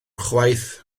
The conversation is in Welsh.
chwaith